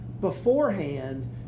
beforehand